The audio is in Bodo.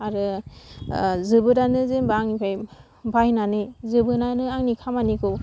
आरो जोबोरानो जेनबा आंनिफाय बायनानै जोबोनानो आंनि खामानिखौ